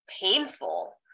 painful